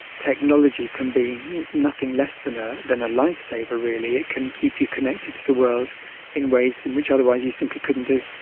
technology can be nothing less than ah than a lifesaver really, it can keep you connected to the world in ways in which otherwise you simply couldn't do.